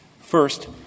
First